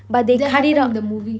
but they did have it on the movie